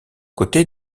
côté